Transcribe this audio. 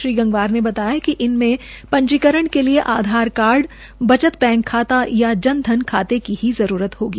श्री गंगवार ने बताया कि इनमें पंजीकरण के लिए आधार कार्ड बचत बैंक खात या जन धन खाते की ही जरूरत होगी